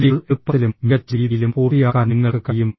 ജോലികൾ എളുപ്പത്തിലും മികച്ച രീതിയിലും പൂർത്തിയാക്കാൻ നിങ്ങൾക്ക് കഴിയും